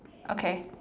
okay